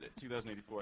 2084